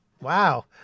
Wow